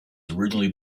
originally